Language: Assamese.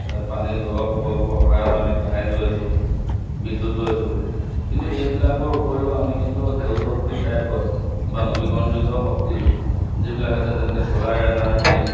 পানীৰ জলপ্ৰকল্পৰ সহায়ত আমি কাৰেণ্ট লৈছোঁ বিদ্যুৎ লৈছোঁ কিন্তু এইবিলাকৰ উপৰিও আমি কিন্তু সেউজ শক্তিৰ টাইপত বা নৱীকৰণযোগ্য শক্তিৰ যিবিলাক আছে যেনেকৈ চ'লাৰ এনাৰ্জি